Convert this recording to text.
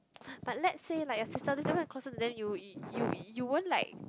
but let's say like closer to them you you you won't like